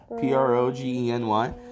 P-R-O-G-E-N-Y